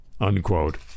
Unquote